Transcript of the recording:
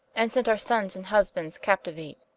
and sent our sonnes and husbands captiuate